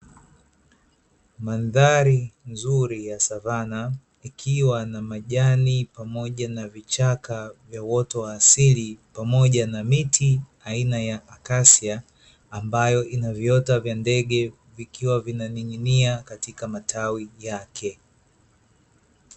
Mandhari nzuri ya savana ikiwa na majani pamoja na vichaka vya uoto wa asili pamoja na miti aina ya akasya ambayo ina viota vya ndege, vikiwa vinavyoning'inia katika majani yake.